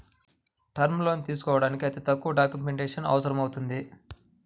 term లోన్లు తీసుకోడానికి అతి తక్కువ డాక్యుమెంటేషన్ అవసరమవుతుంది